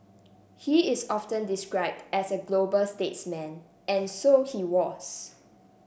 he is often described as a global statesman and so he was